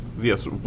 yes